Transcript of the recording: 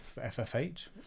FFH